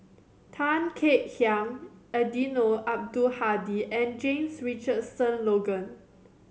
Tan Kek Hiang Eddino Abdul Hadi and James Richardson Logan